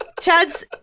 Chad's